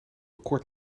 kort